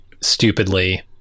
stupidly